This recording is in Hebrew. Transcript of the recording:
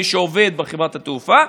מי שעובד בחברת התעופה,